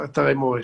אתרי מורשת,